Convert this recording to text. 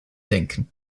denken